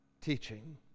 teaching